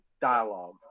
Dialogue